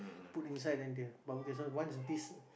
put inside then they barbecue so once this